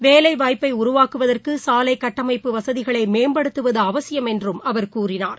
வேலைவாய்ப்பை உருவாக்குவதற்கு சாலை கட்டமைப்பு வசதிகளை மேம்படுத்துவது அவசியம் என்றும் அவர் கூறினார்